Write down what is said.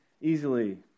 easily